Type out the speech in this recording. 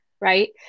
right